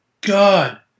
God